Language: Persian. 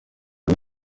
روی